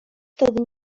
wtedy